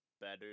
better